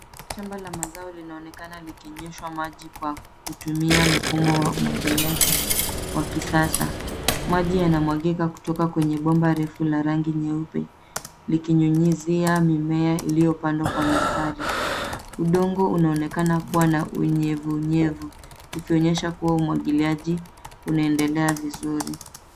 Shamba la mazao linaonekana likinyweshwa maji kwa kutumia mfumo wa umwagiliaji wa kisasa, maji yanamwagika kutoka kwenye bomba refu la rangi nyeupe likinyunyizia mimea iliyopandwa kwa mistari . Udongo unaonekana kuwa na unyevunyevu ikionyesha kuwa umwagiliaji unaendelea vizuri.